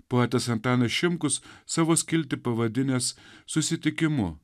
poetas antanas šimkus savo skiltį pavadinęs susitikimu